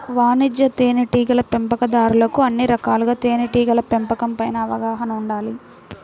వాణిజ్య తేనెటీగల పెంపకందారులకు అన్ని రకాలుగా తేనెటీగల పెంపకం పైన అవగాహన ఉండాలి